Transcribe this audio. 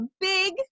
big